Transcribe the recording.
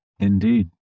Indeed